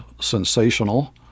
sensational